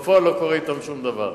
אבל בפועל לא קורה אתם שום דבר.